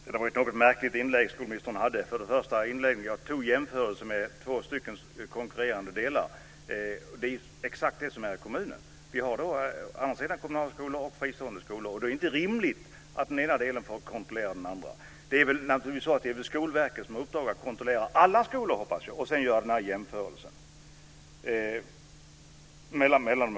Fru talman! Det var ett något märkligt inlägg skolministern gjorde. Först och främst vill jag säga att jag i mitt inlägg gjorde en jämförelse med två olika konkurrerande delar. Exakt så är det i kommunen: Vi har kommunala skolor å ena sidan och friskolor å den andra. Det är inte rimligt att den ena delen får kontrollera den andra. Det är väl Skolverket som har i uppdrag att kontrollera alla skolor och sedan göra den här jämförelsen, hoppas jag.